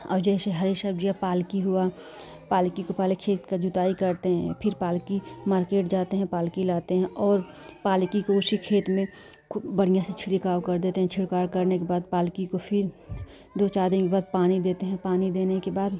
और जैसे हरी सब्ज़ियाँ पालक हुआ पालक को पहले खेत का जुताई करते हैं फ़िर पालक मार्केट जाते हैं पालक लाते हैं और पालक को उसी खेत में खूब बढ़िया से छिड़काव कर देते हैं छिड़काव करने के बाद पालक को फ़िर दो चार दिन के बाद पानी देते हैं पानी देने के बाद